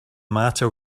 matter